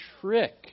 trick